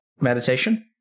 meditation